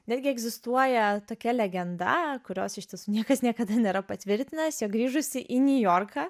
netgi egzistuoja tokia legenda kurios iš tiesų niekas niekada nėra patvirtinęs jog grįžusi į niujorką